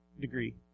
degree